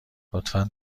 لطفا